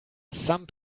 some